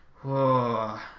whoa